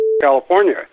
California